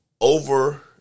over